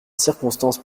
circonstances